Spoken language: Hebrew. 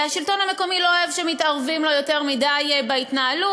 השלטון המקומי לא אוהב שמתערבים לו יותר מדי בהתנהלות,